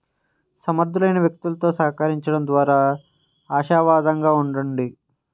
సమర్థులైన వ్యక్తులతో సహకరించండం ద్వారా ఆశావాదంగా ఉండండి